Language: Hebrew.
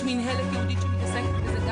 יש מינהלת ייעודית שמתעסקת בזה,